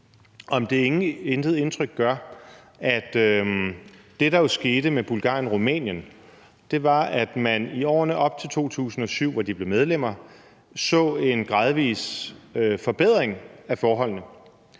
om det intet indtryk gør, at det, der jo skete med Bulgarien og Rumænien, var, at man i årene op til 2007, hvor de blev medlemmer, så en gradvis forbedring af forholdene,